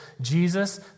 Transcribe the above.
Jesus